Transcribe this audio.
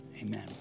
amen